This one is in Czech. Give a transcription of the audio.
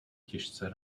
těžce